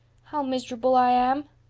how mis'rubul i am.